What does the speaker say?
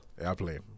Airplane